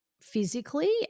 physically